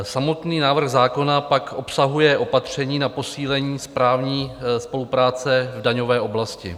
Samotný návrh zákona pak obsahuje opatření na posílení správní spolupráce v daňové oblasti.